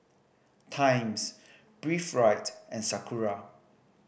Times Breathe Right and Sakura